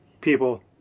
people